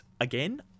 again